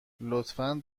لطفا